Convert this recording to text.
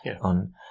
on